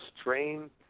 strain